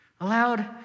allowed